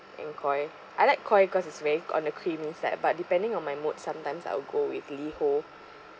and Koi I like Koi cause it's very on a creamy side but depending on my mood sometimes I'll go with Liho